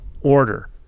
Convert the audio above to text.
order